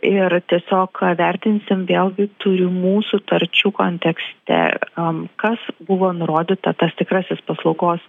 ir tiesiog vertinsim vėlgi turi mų sutarčių kontekste a kas buvo nurodyta tas tikrasis paslaugos